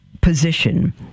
position